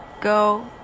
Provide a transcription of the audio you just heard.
go